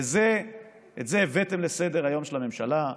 את זה הבאתם לסדר-היום של הממשלה,